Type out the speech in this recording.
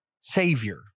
Savior